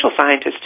scientist